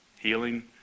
Healing